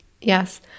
Yes